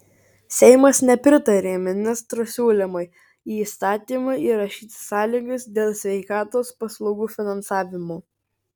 seimas nepritarė ministro siūlymui į įstatymą įrašyti sąlygas dėl sveikatos paslaugų finansavimo